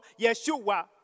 Yeshua